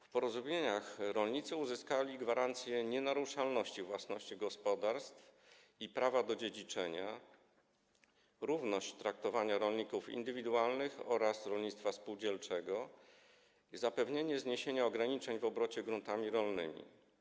W porozumieniach rolnicy uzyskali gwarancje nienaruszalności własności gospodarstw i prawa do dziedziczenia, równość traktowania rolników indywidualnych oraz rolnictwa spółdzielczego, zapewnienie zniesienia ograniczeń w obrocie gruntami rolnymi.